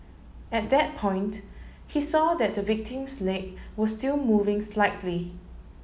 at that point he saw that the victim's leg were still moving slightly